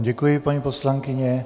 Děkuji vám, paní poslankyně.